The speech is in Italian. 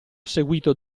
seguito